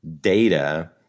data